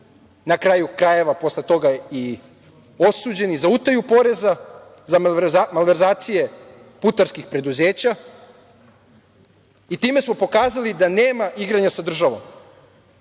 na kraju krajeva, posle toga i osuđeni za utaju poreza, za malverzacije putarskih preduzeća i time smo pokazali da nema igranja sa državom.